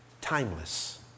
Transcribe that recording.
timeless